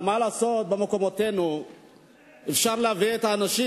מה לעשות ובמקומותינו אפשר להביא את האנשים,